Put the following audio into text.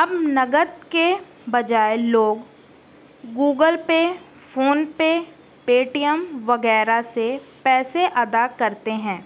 اب نگد کے بجائے لوگ Google Pay PhonePe Paytm وغیرہ سے پیسے ادا کرتے ہیں